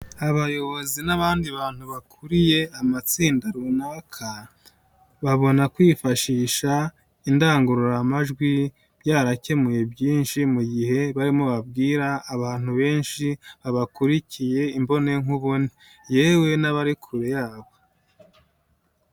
Abayobozi n'abandi bantu bakuriye amatsinda runaka babona kwifashisha indangururamajwi byarakemuye byinshi mu gihe barimo babwira abantu benshi babakurikiye imbonankubone yewe n'abari kure yabo.